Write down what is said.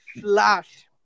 Flash